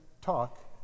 talk